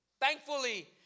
Thankfully